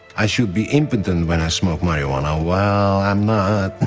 i should be impotent when i smoke marijuana. well i'm not!